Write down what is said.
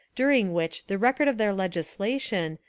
during which the rec ord of their legislation,